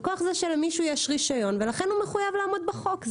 מכוח זה שלמישהו יש רישיון ולכן הוא מחויב לעמוד בחוק.